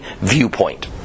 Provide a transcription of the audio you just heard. viewpoint